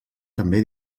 també